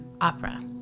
opera